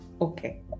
okay